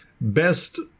best